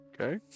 Okay